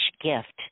gift